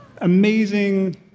Amazing